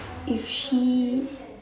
if she